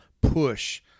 push